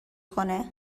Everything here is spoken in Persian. کنه